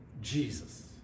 Jesus